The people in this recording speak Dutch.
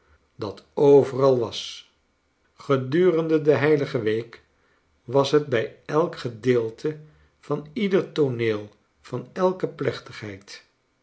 dat overal was g-edurende de heilige week was het bij elk gedeelte van ieder tooneel van elke plechtigheid